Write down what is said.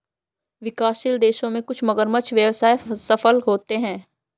विकासशील देशों में कुछ मगरमच्छ व्यवसाय सफल होते हैं